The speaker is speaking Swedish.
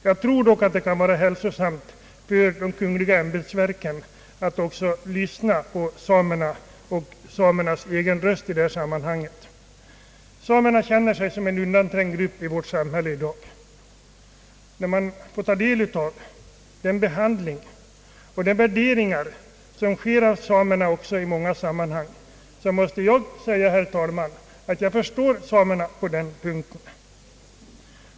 Jag tror dock att det kan vara hälsosamt även för de kungl. ämbetsverken att någon gång även lyssna till samerna i detta sammanhang och låta dem göra sin röst hörd. Samerna känner sig som en undanträngd grupp i vårt samhälle i dag. När man får ta del av den behandling som samerna utsätts för och de värderingar som görs i många sammanhang måste jag säga, herr talman, att jag förstår samernas reaktion på den punkten.